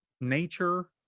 nature